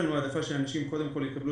יש לנו העדפה לכך שאנשים קודם כל יקבלו